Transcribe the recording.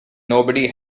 nobody